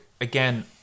again